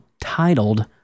titled